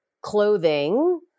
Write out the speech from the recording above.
clothing